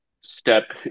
step